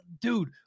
dude